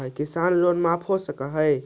किसान लोन माफ हो सक है?